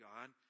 God